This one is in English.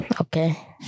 Okay